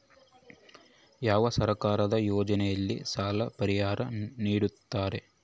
ಯಾವ ಸರ್ಕಾರದ ಯೋಜನೆಯಲ್ಲಿ ಸಾಲ ಪರಿಹಾರ ನೇಡುತ್ತಾರೆ?